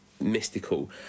mystical